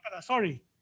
sorry